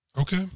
Okay